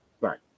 right